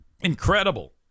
Incredible